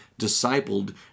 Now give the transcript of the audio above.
discipled